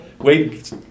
wait